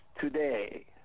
today